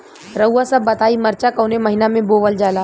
रउआ सभ बताई मरचा कवने महीना में बोवल जाला?